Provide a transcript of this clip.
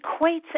equates